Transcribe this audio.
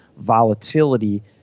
volatility